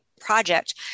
project